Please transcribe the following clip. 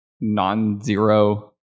non-zero